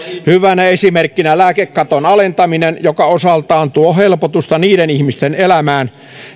hyvänä esimerkkinä lääkekaton alentaminen joka osaltaan tuo helpotusta niiden ihmisten elämään